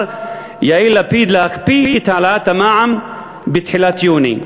יאיר לפיד להקפיא את העלאת המע"מ בתחילת יוני.